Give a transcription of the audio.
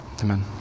Amen